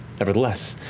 nevertheless,